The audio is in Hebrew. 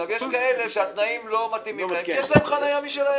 יש כאלה שהתנאים לא מתאימים להם כי יש להם חניה משלהם,